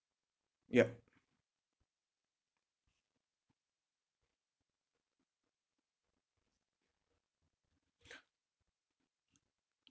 yup